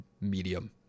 medium